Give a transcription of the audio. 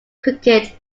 cricket